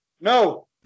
No